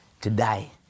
today